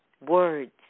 words